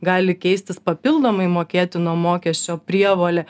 gali keistis papildomai mokėtino mokesčio prievolė